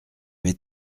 vais